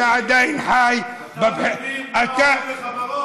אתה עדיין חי, אתה מבין מה עולה לך בראש?